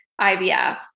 IVF